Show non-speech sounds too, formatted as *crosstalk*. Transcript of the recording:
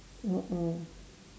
mm mm *breath*